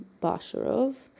Basharov